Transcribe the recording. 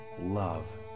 love